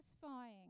satisfying